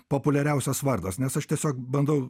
populiariausias vardas nes aš tiesiog bandau